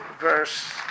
verse